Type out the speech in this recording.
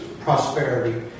prosperity